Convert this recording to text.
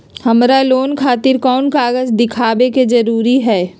हमरा लोन खतिर कोन कागज दिखावे के जरूरी हई?